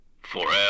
Forever